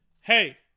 Hey